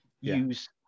use